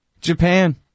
Japan